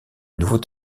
nouveau